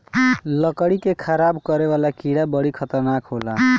लकड़ी के खराब करे वाला कीड़ा बड़ी खतरनाक होला